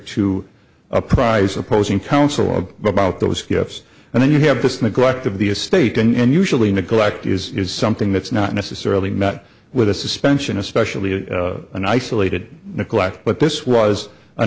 apprise opposing counsel about those gifts and then you have this neglect of the estate and usually neglect is something that's not necessarily met with a suspension especially an isolated neglect but this was a